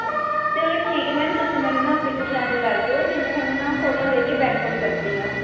ਚਲੋ ਠੀਕ ਹੈ ਮੈਮ ਤੁਸੀਂ ਮੈਨੂੰ ਨਾ ਪਿਕ ਸੈਂਡ ਕਰ ਦਿਓ ਫਿਰ ਮੈਂ ਤੁਹਾਨੂੰ ਨਾ ਫੋਟੋਆਂ ਦੇਖ ਕੇ ਬੈਕ ਕੋਲ ਕਰਦੀ ਹਾਂ